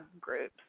groups